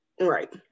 Right